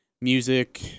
music